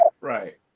right